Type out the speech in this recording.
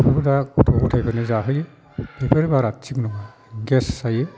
बेफोरखौ गथ' गथायफोरनो जाहोयो बेफोर बारा थिग नङा गेस जायो